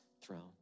throne